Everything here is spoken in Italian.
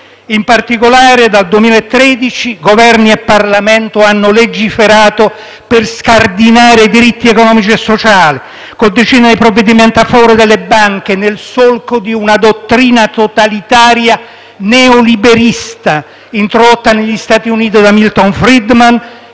In particolare dal 2013, Governi e Parlamento hanno legiferato per scardinare diritti economici e sociali, con decine di provvedimenti a favore delle banche, nel solco di una dottrina totalitaria neoliberista, introdotta negli Stati Uniti da Milton Friedman,